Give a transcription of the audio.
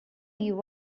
you